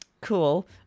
cool